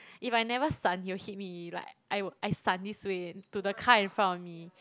if I never 闪 he will hit me like I will I 闪 this way to the car in front of me